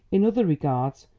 in other regards,